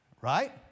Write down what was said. Right